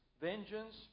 Vengeance